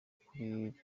kuri